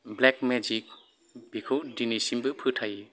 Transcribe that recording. black magic बिखौ दिनैसिमबो फोथायो